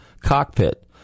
cockpit